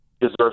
deserves